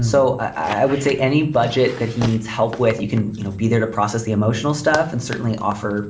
so i would say any budget that he needs help with, you can you know be there to process the emotional stuff and certainly offer